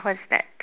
what is that